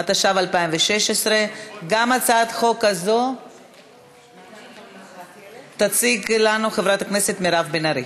התשע"ו 2016. גם את הצעת החוק הזו תציג לנו חברת הכנסת מירב בן ארי.